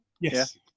yes